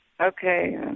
Okay